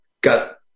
got